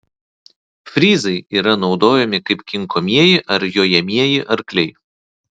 fryzai yra naudojami kaip kinkomieji ar jojamieji arkliai